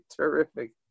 terrific